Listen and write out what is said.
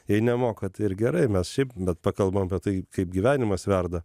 jei nemoka tai ir gerai mes šiaip bet pakalbam apie tai kaip gyvenimas verda